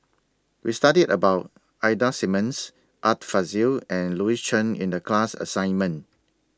We studied about Ida Simmons Art Fazil and Louis Chen in The class assignment